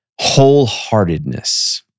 Wholeheartedness